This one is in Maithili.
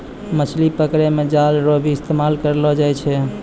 मछली पकड़ै मे जाल रो भी इस्तेमाल करलो जाय छै